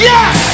Yes